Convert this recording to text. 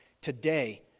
today